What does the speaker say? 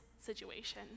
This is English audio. situation